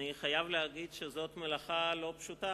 אני חייב להגיד שזאת מלאכה לא פשוטה